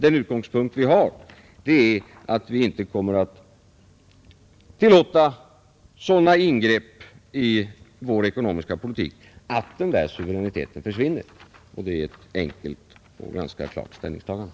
Den utgångspunkt vi har är att vi inte kommer att tillåta sådana ingrepp i vår ekonomiska politik att denna suveränitet försvinner. Det är ett enkelt och ganska klart ställningstagande.